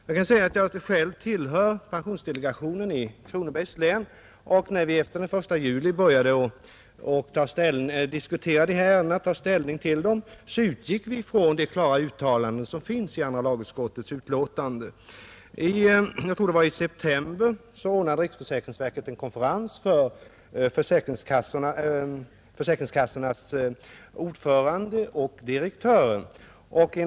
Jag tillhör själv pensionsdelegationen i Kronobergs län, och när vi efter den 1 juli började diskutera pensionsärenden där de nya reglerna skulle äga tillämpning och ta ställning till dem, utgick vi från de klara uttalanden som finns i andra lagutskottets utlåtande. I september, tror jag det var, ordnade riksförsäkringsverket en konferens för försäkringskassornas ordförande och direktörer.